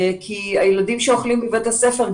כי הילדים שאוכלים בבית הספר,